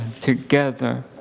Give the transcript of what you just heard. together